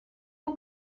and